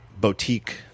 boutique –